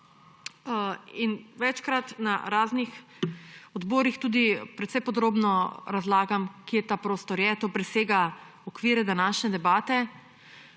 Večkrat na raznih odborih tudi precej podrobno razlagam, kje ta prostor je – to presega okvire današnje debate